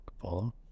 follow